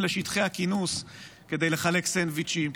לשטחי הכינוס כדי לחלק סנדוויצ'ים,